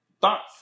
thoughts